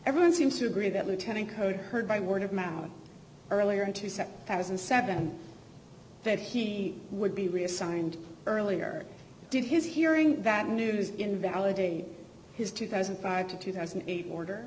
everyone seems to agree that lieutenant code heard by word of mouth earlier into seven thousand and seven that he would be reassigned earlier did his hearing that news invalidate his two thousand and five to two thousand and eight order